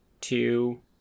two